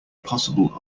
possible